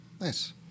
Nice